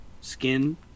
skin